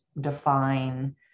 define